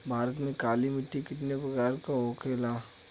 भारत में मिट्टी कितने प्रकार का होखे ला?